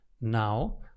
Now